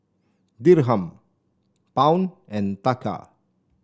Dirham Pound and Taka